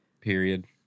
Period